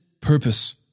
purpose